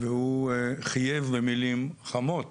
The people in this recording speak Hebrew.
והוא חייב במילים חמות